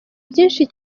byinshi